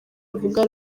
avuga